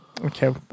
Okay